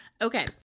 Okay